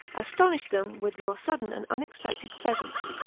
astonish them with your sudden and unexpected presence.